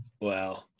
Wow